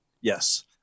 Yes